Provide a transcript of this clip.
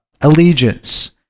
allegiance